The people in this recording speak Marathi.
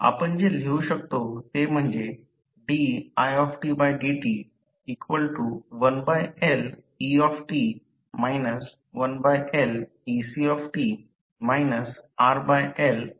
आपण जे लिहू शकतो ते म्हणजे didt1Let 1Lec RLit